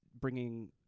bringing